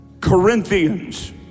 Corinthians